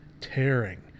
tearing